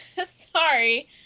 Sorry